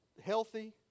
healthy